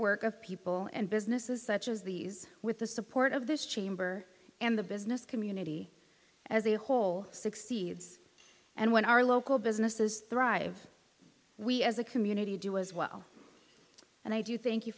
work of people and businesses such as these with the support of this chamber and the business community as a whole succeeds and when our local businesses thrive we as a community do as well and i do think you